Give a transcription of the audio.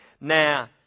Now